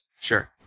Sure